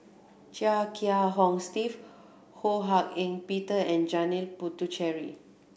Chia Kiah Hong Steve Ho Hak Ean Peter and Janil Puthucheary